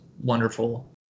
wonderful